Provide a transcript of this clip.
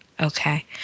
Okay